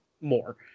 more